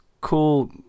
cool